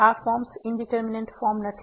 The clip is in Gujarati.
તેથી આ ફોર્મ્સ ઇંડીટરમીનેટ ફોર્મ નથી